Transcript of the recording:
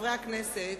חברי הכנסת,